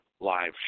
live